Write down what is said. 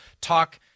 talk